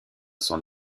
son